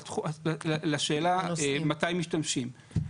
לגבי השאלה על מי תחול הצעת החוק,